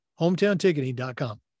HometownTicketing.com